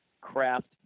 craft